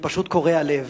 אני אומר: זה פשוט קורע לב.